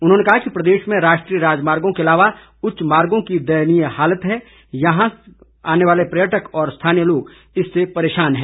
उन्होंने कहा कि प्रदेश में राष्ट्रीय राजमार्गों के अलावा उच्च मार्गो की दयनीय हालत से यहां आने वाले पर्यटक व स्थानीय लोग परेशान हैं